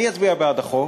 אני אצביע בעד החוק,